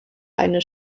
eine